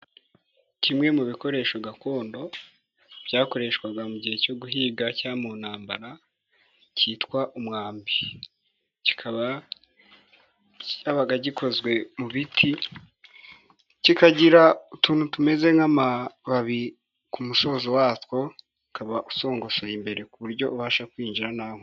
Kimwe mu bikoresho gakondo byakoreshwaga mu gihe cyo guhiga cya mu ntambara, kitwa umwambi. Kikaba cyabaga gikozwe mu biti, kikagira utuntu tumeze nk'amababi ku musozo watwo, ukaba usongosoye imbere ku buryo ubasha kwinjira nta nkomyi.